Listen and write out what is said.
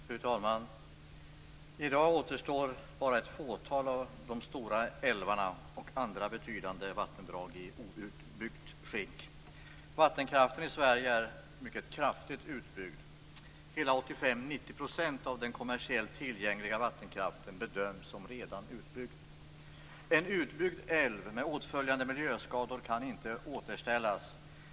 Fru talman! I dag återstår bara ett fåtal av de stora älvarna och andra betydande vattendrag i outbyggt skick. Vattenkraften i Sverige är mycket kraftigt utbyggd. Hela 85-90 % av den kommersiellt tillgängliga vattenkraften bedöms som redan utbyggd. En utbyggd älv med åtföljande miljöskador kan inte återställas.